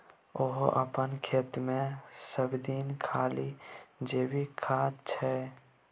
ओ अपन खेतमे सभदिन खाली जैविके खाद दै छै